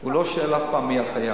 הוא לא שואל אף פעם מי הטייס?